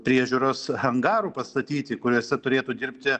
priežiūros angarų pastatyti kuriuose turėtų dirbti